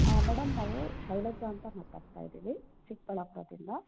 madam ನಾವು ಶೈಲಜ ಅಂತ ಮಾತಾಡ್ತಯಿದ್ದೀವಿ ಚಿಕ್ಕಬಳ್ಳಾಪುರದಿಂದ